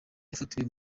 yafatiwe